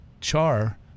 char